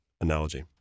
analogy